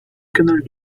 canal